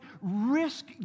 risk